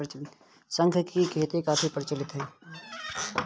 शंख की खेती काफी प्रचलित है